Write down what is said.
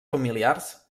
familiars